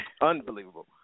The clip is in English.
Unbelievable